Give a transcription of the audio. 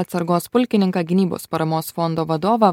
atsargos pulkininką gynybos paramos fondo vadovą